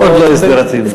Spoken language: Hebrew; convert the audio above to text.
עוד לא הסדר הטיעון.